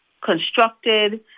constructed